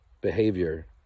behavior